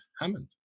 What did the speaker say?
hammond